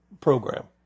program